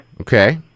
Okay